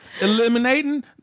eliminating